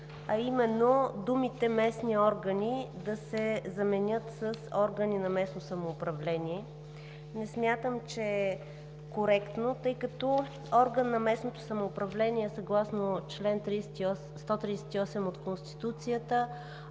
а именно думите „местни органи“ да се заменят с „органи на местно самоуправление“. Не смятам, че е коректно, тъй като орган на местното самоуправление, съгласно чл. 138 от Конституцията,